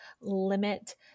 limit